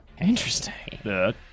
Interesting